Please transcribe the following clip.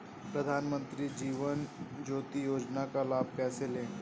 प्रधानमंत्री जीवन ज्योति योजना का लाभ कैसे लें?